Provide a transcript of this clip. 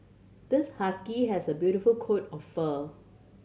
this husky has a beautiful coat of fur